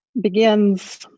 begins